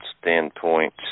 standpoint